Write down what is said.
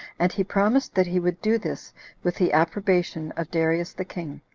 and he promised that he would do this with the approbation of darius the king.